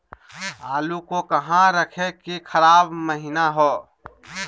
आलू को कहां रखे की खराब महिना हो?